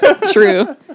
True